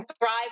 thrive